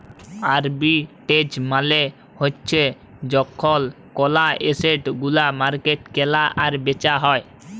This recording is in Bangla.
আরবিট্রেজ মালে হ্যচ্যে যখল কল এসেট ওল্য মার্কেটে কেলা আর বেচা হ্যয়ে